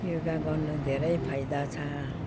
योगा गर्नु धेरै फाइदा छ